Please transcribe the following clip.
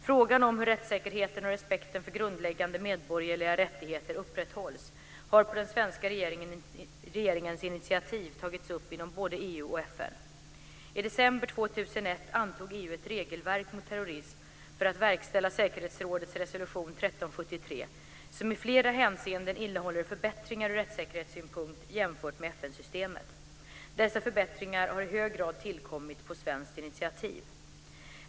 Frågan om hur rättssäkerheten och respekten för grundläggande medborgerliga rättigheter upprätthålls har på den svenska regeringens initiativ tagits upp inom både EU och FN. I december 2001 antog EU ett regelverk mot terrorism för att verkställa säkerhetsrådets resolution 1373, som i flera hänseenden innehåller förbättringar ur rättssäkerhetssynpunkt jämfört med FN-systemet. Dessa förbättringar har i hög grad tillkommit på svenskt initiativ.